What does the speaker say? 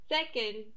Second